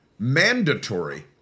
mandatory